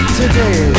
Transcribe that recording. today